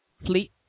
fleet